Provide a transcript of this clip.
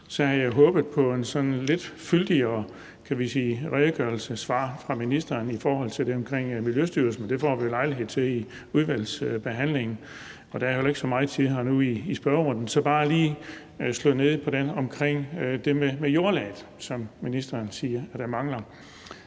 redegørelse og et lidt fyldigere svar fra ministeren i forhold til det omkring Miljøstyrelsen. Det får vi lejlighed til at få i udvalgsbehandlingen, og der er jo heller ikke så meget tid nu her i spørgerunden, så jeg vil bare lige slå ned på det med jordlaget, som ministeren siger mangler.